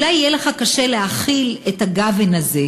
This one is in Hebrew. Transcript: אולי יהיה לך קשה להכיל את הגוון הזה.